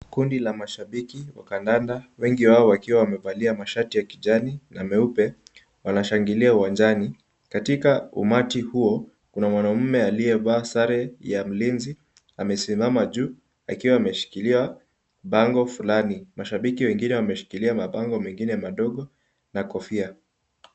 Kundi la mashabiki wa kandanda wengi wao wakiwa wamevalia mashati ya kijani na meupe wanashangilia uwanjani. Katika umati huo, kuna mwanaume aliyevaa sare ya mlinzi amesimama juu akiwa ameshikilia bango fulani. Mashabiki wengine wameshikilia mabango mengine madogo na kofia.